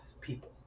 people